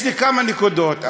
יש לי כמה נקודות,